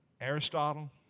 Aristotle